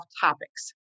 topics